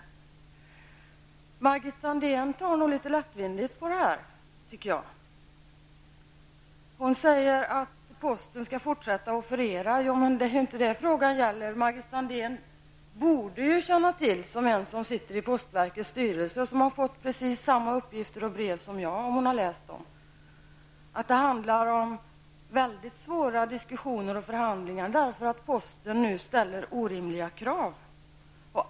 Jag tycker att Margit Sandéhn nog tar litet lättvindigt på detta. Hon säger att posten skall fortsätta att offerera distribution av tidningar. Det är inte detta frågan gäller. Margit Sandéhn borde känna till -- såsom en som sitter i postverkets styrelse och har fått precis samma uppgifter och brev som jag, om hon har läst den -- att det handlar om mycket svåra diskussioner och förhandlingar eftersom posten nu ställer orimliga krav.